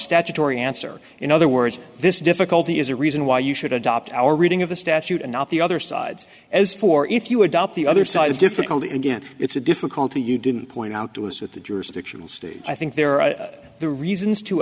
statutory answer in other words this difficulty is a reason why you should adopt our reading of the statute and not the other side's as for if you adopt the other side of difficulty again it's a difficulty you didn't point out to us at the jurisdictional stage i think there are the reasons to